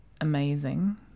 amazing